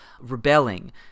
rebelling